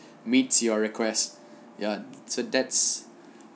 meets your request ya so that